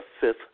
fifth